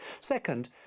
Second